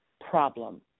problem